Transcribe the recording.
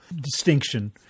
distinction